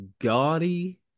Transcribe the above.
gaudy